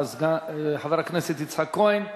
חבר הכנסת יצחק כהן.